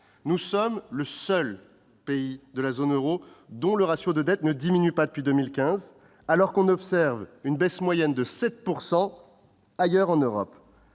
Nous sommes le seul pays de la zone euro dont le ratio de dette ne diminue pas depuis 2015, alors que l'on observe une baisse moyenne de 7 % ailleurs en Europe.